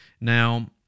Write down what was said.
Now